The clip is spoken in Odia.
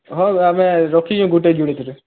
ହଁ ଆମେ ରଖିଛୁଁ ଗୁଟେ